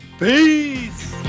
Peace